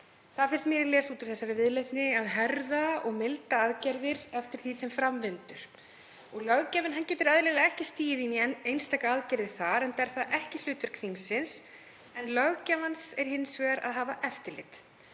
Það finnst mér ég lesa út úr þessari viðleitni, að herða og milda aðgerðir eftir því sem fram vindur. Löggjafinn getur eðlilega ekki stigið inn í einstaka aðgerðir þar, enda er það ekki hlutverk þingsins. Löggjafans er hins vegar að hafa eftirlit.